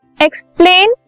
Explain